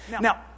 Now